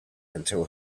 until